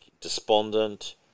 despondent